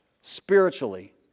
spiritually